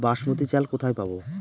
বাসমতী চাল কোথায় পাবো?